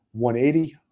180